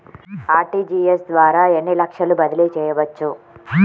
RTGS ద్వారా ఎన్ని లక్షలు బదిలీ చేయవచ్చు?